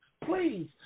Please